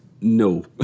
no